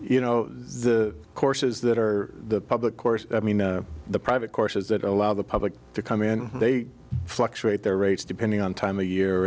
you know the courses that are the public course i mean the private courses that allow the public to come in and they fluctuate their rates depending on time of year